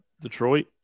Detroit